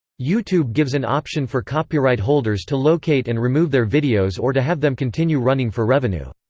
youtube gives an option for copyright holders to locate and remove their videos or to have them continue running for revenue.